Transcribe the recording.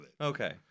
Okay